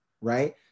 right